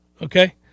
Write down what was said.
Okay